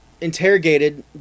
interrogated